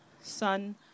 Son